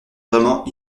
vraiment